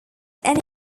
than